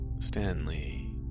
Stanley